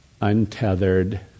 untethered